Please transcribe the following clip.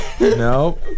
No